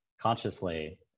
consciously